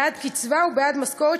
בעד קצבה ובעד משכורת,